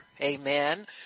Amen